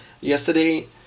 yesterday